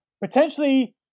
potentially